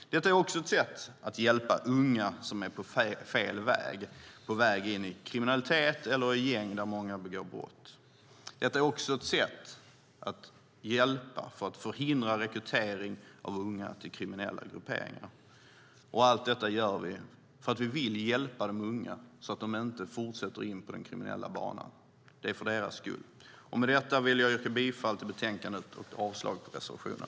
Detta är ett sätt att hjälpa unga som är på fel väg - på väg in i kriminalitet eller i gäng där många begår brott. Det är också ett sätt hjälpa till att förhindra rekrytering av unga till kriminella grupperingar. Allt detta gör vi för att vi vill hjälpa de unga så att de inte fortsätter in på den kriminella banan. Det är för deras skull. Med detta vill jag yrka bifall till utskottets förslag i betänkandet och avslag på reservationen.